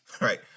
Right